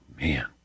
Man